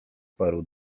paru